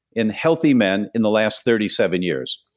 in healthy men in the last thirty seven years?